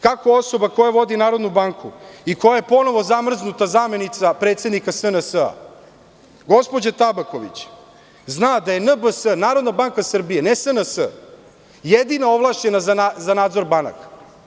Kako osoba koja vodi Narodnu banku i koja je ponovo zamrznuta zamenica predsednika SNS, gospođa Tabaković, zna da je NBS, Narodna banka Srbije, ne SNS, jedina ovlašćena za nadzor banaka?